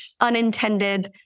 unintended